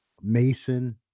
Mason